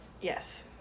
Yes